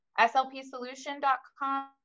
SLPSolution.com